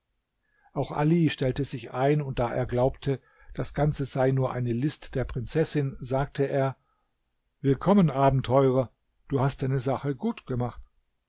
auch ali stellte sich ein und da er glaubte das ganze sei nur eine list der prinzessin sagte er willkommen abenteurer du hast deine sache gut gemacht